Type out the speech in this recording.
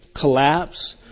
collapse